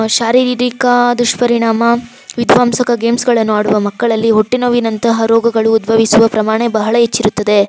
ಶಾರೀರಿಕ ದುಷ್ಪರಿಣಾಮ ವಿಧ್ವಂಸಕ ಗೇಮ್ಸ್ಗಳನ್ನು ಆಡುವ ಮಕ್ಕಳಲ್ಲಿ ಹೊಟ್ಟೆನೋವಿನಂತಹ ರೋಗಗಳು ಉದ್ಭವಿಸುವ ಪ್ರಮಾಣ ಭಾಳ ಹೆಚ್ಚಿರುತ್ತದೆ